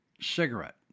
cigarette